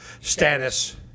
status